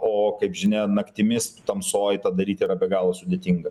o kaip žinia naktimis tamsoje tą daryti yra be galo sudėtinga